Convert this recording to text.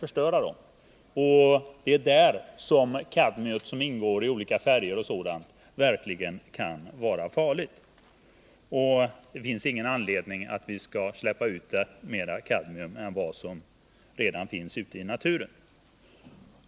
Då kommer det kadmium som ingår i olika färger att verkligen bli farligt. Det finns ingen anledning att släppa ut mer kadmium än vad som redan finns ute i naturen.